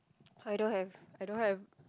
I don't have I don't have